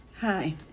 Hi